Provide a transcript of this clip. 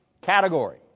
category